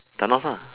thanos ah